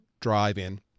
drive-in